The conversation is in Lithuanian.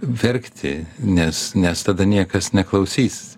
verkti nes nes tada niekas neklausys